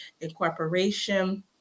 Incorporation